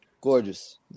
gorgeous